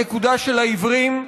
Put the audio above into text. הנקודה של העיוורים,